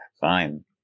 Fine